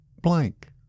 blank